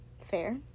Fair